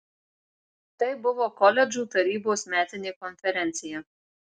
tai buvo koledžų tarybos metinė konferencija